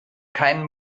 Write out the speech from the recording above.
keinen